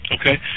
Okay